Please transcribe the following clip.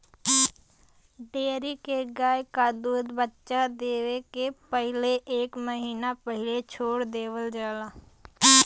dairy के गइया क दूध बच्चा देवे के पहिले एक महिना पहिले छोड़ देवल जाला